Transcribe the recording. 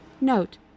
Note